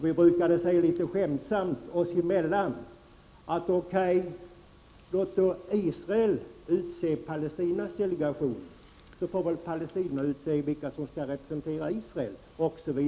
Vi brukade säga litet skämtsamt oss emellan: Låt Israel utse palestiniernas delegation, så får väl palestinierna utse vilka som skall representera Israel.